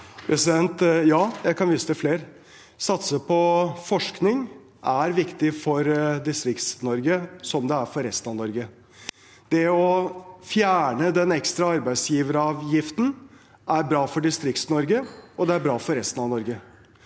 Ja, jeg kan vise til flere. Å satse på forskning er viktig for Distrikts-Norge, som det er for resten av Norge. Å fjerne den ekstra arbeidsgiveravgiften er bra for Distrikts-Norge, og det er bra for resten av Norge.